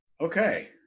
okay